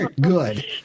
Good